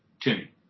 Timmy